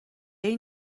این